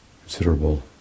considerable